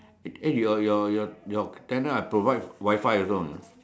eh your your your your tenant I provide Wi-Fi also or not